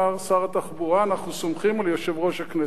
אמר שר התחבורה: אנחנו סומכים על יושב-ראש הכנסת.